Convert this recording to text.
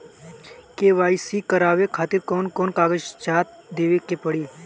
KYC करवावे खातिर कौन कौन कागजात देवे के पड़ी?